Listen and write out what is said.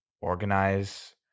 organize